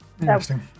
Interesting